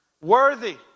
Worthy